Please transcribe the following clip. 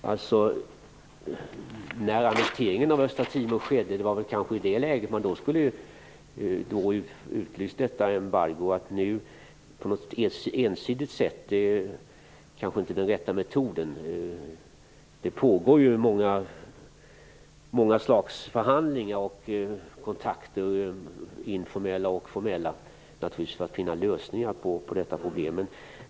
Herr talman! Det var kanske när annekteringen av Östra Timor skedde som man skulle ha utlyst detta embargo. Att nu göra det på ett ensidigt sätt är kanske inte den rätta metoden. Det pågår ju många slags förhandlingar och informella och formella kontakter för att finna lösningar på detta problem.